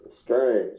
Strange